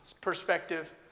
perspective